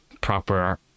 proper